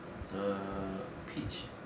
the peach